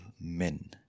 men